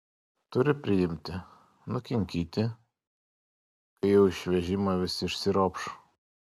turi priimti nukinkyti kai jau iš vežimo visi išsiropš